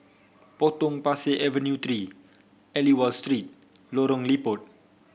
Potong Pasir Avenue Three Aliwal Street Lorong Liput